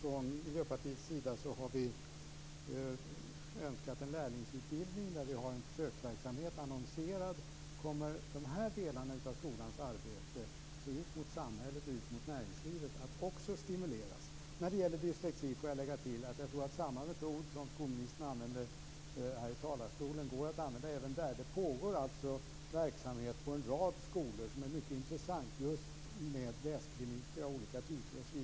Från Miljöpartiets sida har vi önskat en lärlingsutbildning där vi har en försöksverksamhet annonserad. Kommer de här delarna av skolans arbete, dvs. ut mot samhället och ut mot näringslivet, också att stimuleras? Låt mig lägga till när det gäller dyslexi att samma metod som skolministern använde här i talarstolen går att använda även där. Det pågår verksamhet på en rad skolor som är mycket intressant, t.ex. läskliniker av olika typer.